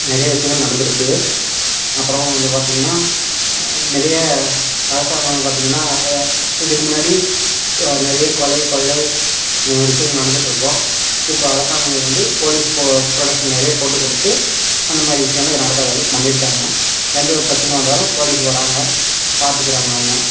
நிறைய விஷயங்கள் நடந்திருக்கு அப்புறம் வந்து பார்த்திங்கனா நிறைய அரசாங்கம்னு பார்த்திங்கனா இதுக்கு முன்னாடி நிறைய கொலை கொள்ளை இந்த மாதிரி விஷயங்கள் நடந்துகிட்ருக்கும் இப்போ அரசாங்கம் எங்களுக்கு வந்து போலீஸ் பொ ப்ரொடெக்ஷன் நிறைய போட்டுக் கொடுத்து அந்த மாதிரி விஷயம்லாம் இங்கே நடக்காத அளவுக்கு பண்ணியிருக்காங்க எந்த ஒரு பிரச்சனை வந்தாலும் போலீஸ்ஸு வராங்க பார்த்துக்குறாங்க அவங்க